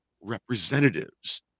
representatives